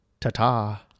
ta-ta